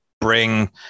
bring